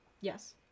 Yes